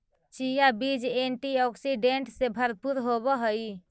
chia बीज antioxidant से भरपूर होवअ हई